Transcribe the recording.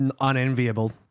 unenviable